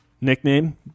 Nickname